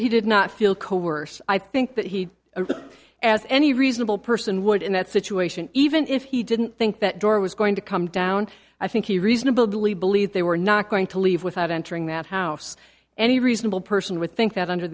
he did not feel coerced i think that he had a as any reasonable person would in that situation even if he didn't think that door was going to come down i think he reasonably believed they were not going to leave without entering that house any reasonable person would think that under